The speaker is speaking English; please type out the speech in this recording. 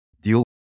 deal